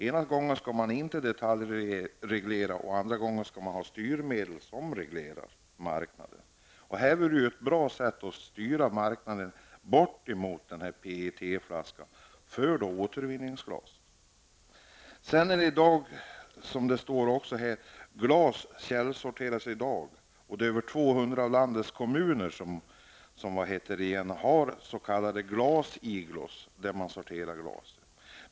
Ena gången skall man inte detaljreglera och andra gången skall man ha styrmedel som reglerar marknaden. Ett bra sätt vore att styra marknaden bort från PET-flaskan över till återvinningsglas. Det stämmer att glas källsorteras redan i dag. Det är över 200 av landets kommuner som har dessa s.k. glasigloos, där man sorterar glaset.